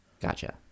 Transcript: Gotcha